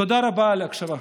תודה רבה על ההקשבה.